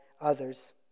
others